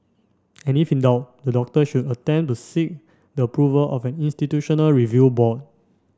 and if in doubt the doctor should attempt to seek the approval of an institutional review board